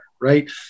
right